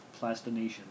plastination